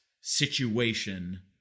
situation